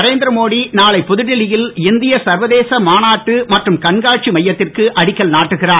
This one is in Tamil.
நரேந்திர மோடி நாளை புதுடெல்லியில் இந்திய சர்வதேச மாநாட்டு மற்றும் கண்காட்சி மையத்திற்கு அடிக்கல் நாட்டுகிறார்